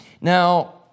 Now